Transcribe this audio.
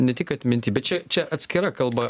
ne tik atminty bet čia čia atskira kalba